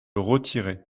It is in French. retirer